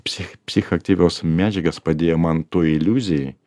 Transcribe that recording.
psich psichoaktyvios medžiagos padėjo man toj iliuzijoj